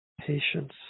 patience